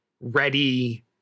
ready